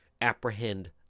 apprehend